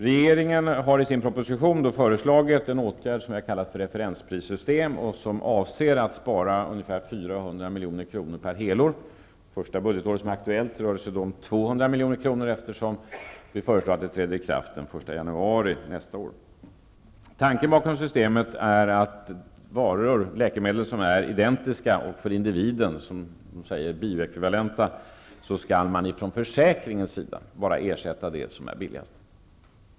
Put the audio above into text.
Regeringen har i sin proposition föreslagit en åtgärd som vi har kallat referensprissystem, och avsikten är att spara ungefär 400 milj.kr. per helår. Under det första budgetår som det är aktuellt rör det sig om 200 milj.kr., eftersom vi föreslår att systemet träder i kraft den 1 januari nästa år. Tanken bakom systemet är att när det finns läkemedel som är identiska och för individen, som man säger, biekvivalenta, skall försäkringen ersätta bara det som är billigast.